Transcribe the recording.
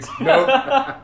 Nope